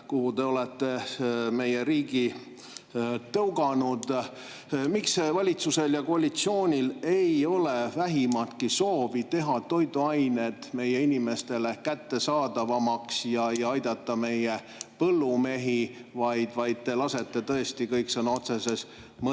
kuhu te olete meie riigi tõuganud … Miks valitsusel ja koalitsioonil ei ole vähimatki soovi teha toiduained meie inimestele kättesaadavamaks ja aidata meie põllumehi, vaid lasete tõesti kõik sõna otseses mõttes